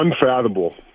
unfathomable